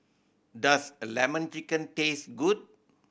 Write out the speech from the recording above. does a Lemon Chicken taste good